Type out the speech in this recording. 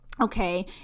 okay